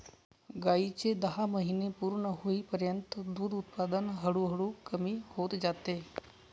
गायीचे दहा महिने पूर्ण होईपर्यंत दूध उत्पादन हळूहळू कमी होत जाते